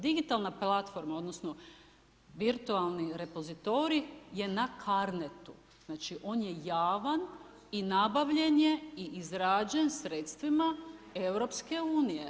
Digitalna platforma odnosno, virtualni repozitorij je na Carnetu, znači on je javan i nabavljen je i izrađen sredstvima EU.